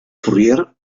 fourier